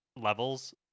levels